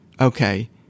Okay